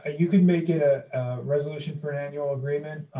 ah you could make it a resolution for an annual agreement.